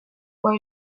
who